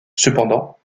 cependant